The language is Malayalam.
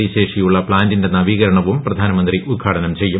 ഡി ശേഷിയുള്ള പ്ലാന്റിന്റെ നവീകരണവും പ്രധാനമന്ത്രി ഉദ്ഘാടനം ചെയ്യും